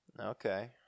Okay